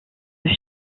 chef